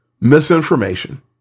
misinformation